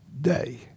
day